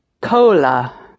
cola